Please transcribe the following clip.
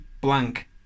blank